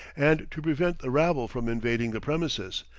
and to prevent the rabble from invading the premises,